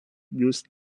used